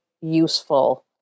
useful